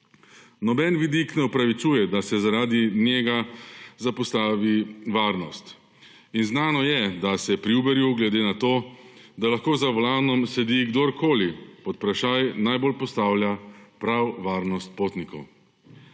Noben vidik ne upravičuje, da se zaradi njega zapostavi varnost. In znano je, da se pri Uberju, glede na to, da lahko za volanom sedi kdorkoli, pod vprašaj najbolj postavlja prav varnost potnikov.